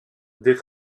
des